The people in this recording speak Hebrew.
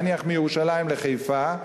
נניח מירושלים לחיפה,